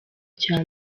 cya